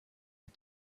had